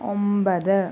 ഒമ്പത്